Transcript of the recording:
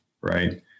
right